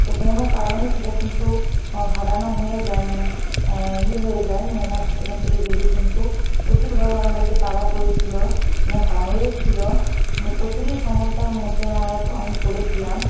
তো কোনও কারণে সেটা কিন্তু ঘাঁটানো হয়ে যায় মানে ইয়ে হয়ে যায় মৌমাছি সেখান থেকে বেরিয়ে কিন্তু প্রচুরভাবে আমাদেরকে তাড়া করেছিলো এবং কামড়েও ছিল কিন্তু প্রচুরই সমস্যার মধ্যে আমরা আমি পড়েছিলাম